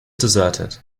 deserted